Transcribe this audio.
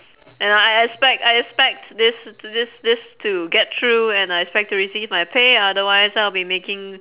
and I I expect I expect this this this to get through and I expect to receive my pay otherwise I'll be making